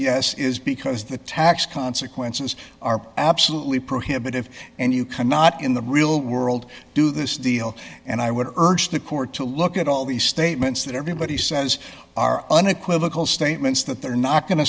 yes is because the tax consequences are absolutely prohibitive and you cannot in the real world do this deal and i would urge the court to look at all the statements that everybody says are unequivocal statements that they're not going to